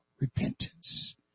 repentance